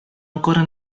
ancora